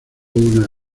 una